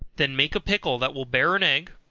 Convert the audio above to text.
then make a pickle that will bear an egg,